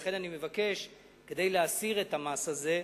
לכן, כדי להסיר את המס הזה,